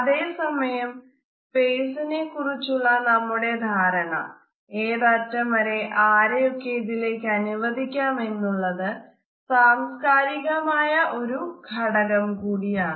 അതെ സമയം ഇസ്പേസിനെ കുറിച്ചുള്ള നമ്മുടെ ധാരണ ഏതറ്റം വരെ ആരെയൊക്കെ ഇതിലേക്കു അനുവദിക്കാം എന്നുള്ളത് സാംസ്കാരികമായ ഒരു ഘടകം കൂടിയാണ്